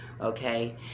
okay